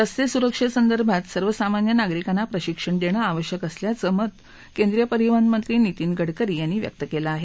रस्ते सुरक्षेसंदर्भात सर्वसामान्य नागरिकांना प्रशिक्षण देणे आवश्यक असल्याचं मत केंद्रिय परिवहन मंत्री नितीन गडकरी यांनी व्यक्त केलं आहे